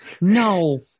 No